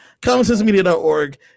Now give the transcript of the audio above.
Commonsensemedia.org